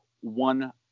one